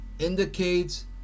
indicates